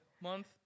month